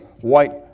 white